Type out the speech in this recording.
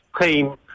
team